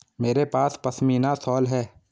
मेरे पास पशमीना शॉल है